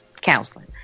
counseling